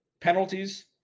penalties